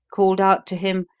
called out to him,